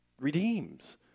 redeems